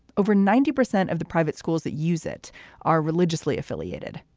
over ninety percent of the private schools that use it are religiously affiliated.